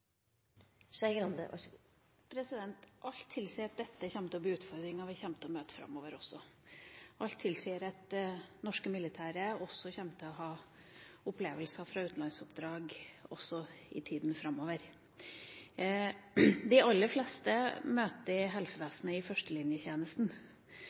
Skei Grande – til siste oppfølgingsspørsmål. Alt tilsier at dette blir utfordringer vi kommer til å møte framover også. Alt tilsier at det norske forsvaret kommer til å ha opplevelser fra utenlandsoppdrag også i tida framover. De aller fleste møter helsevesenet i